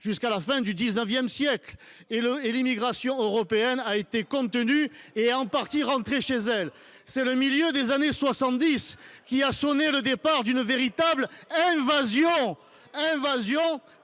avant la fin du XIX siècle et l’immigration européenne, qui a été contenue, est en partie rentrée chez elle ! C’est le milieu des années 1970 qui a sonné le départ d’une véritable invasion un